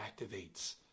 activates